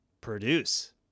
produce